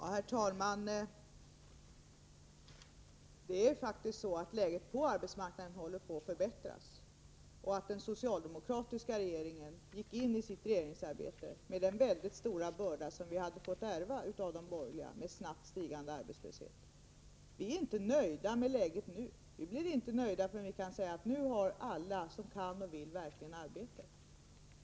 Herr talman! Det är faktiskt så, att läget på arbetsmarknaden håller på att förbättras. Den socialdemokratiska regeringen gick in i sitt arbete med en väldigt stor börda, som vi hade fått ärva av de borgerliga — med en snabbt stigande arbetslöshet. Vi är inte nöjda med läget som det är nu. Vi blir inte nöjda förrän vi kan säga att alla som kan och vill arbeta verkligen har arbete.